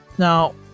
Now